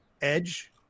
edge